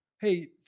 hey